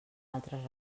altres